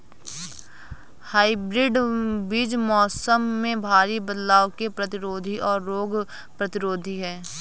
hybrid बीज मौसम में भारी बदलाव के प्रतिरोधी और रोग प्रतिरोधी हैं